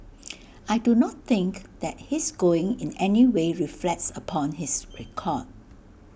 I do not think that his going in anyway reflects upon his record